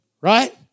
Right